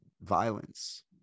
violence